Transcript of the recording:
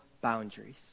boundaries